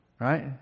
Right